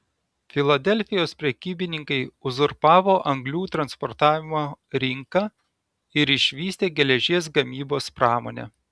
filadelfijos prekybininkai uzurpavo anglių transportavimo rinką ir išvystė geležies gamybos pramonę